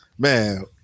Man